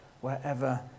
wherever